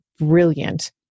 brilliant